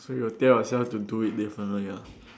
so you'll tell yourself to do it differently lah